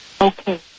Okay